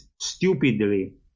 stupidly